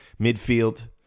midfield